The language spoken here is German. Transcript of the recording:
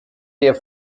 der